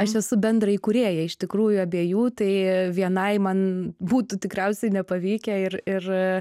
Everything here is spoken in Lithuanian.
aš esu bendra įkūrėja iš tikrųjų abiejų tai vienai man būtų tikriausiai nepavykę ir ir